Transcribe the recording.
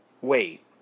wait